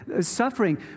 suffering